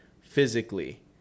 physically